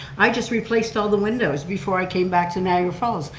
i just replaced all the windows before i came back to niagara falls.